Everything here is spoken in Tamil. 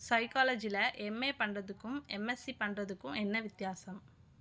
சைக்காலஜியில் எம்ஏ பண்ணுறதுக்கும் எம்எஸ்சி பண்ணுறதுக்கும் என்ன வித்தியாசம்